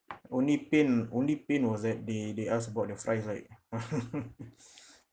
only pain only pain was that they they ask about the fries right